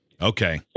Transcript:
Okay